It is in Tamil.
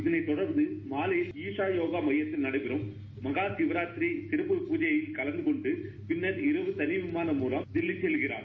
இதனைத் தொடர்ந்து மாலை ஈசா யோகா மையத்தில் நடைபெறம் மகா சிவராத்திரி சிறப்பு பூஜையில் கலந்து கொண்டு பின்னர் இரவு தனி விமானத்தின் மூலம் தில்லி செல்கிறார்